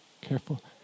careful